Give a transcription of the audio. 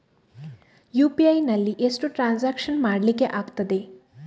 UPI ನಲ್ಲಿ ಎಷ್ಟು transaction ಮಾಡ್ಲಿಕ್ಕೆ ಆಗ್ತದೆ?